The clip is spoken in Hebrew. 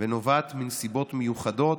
ונובעת מנסיבות מיוחדות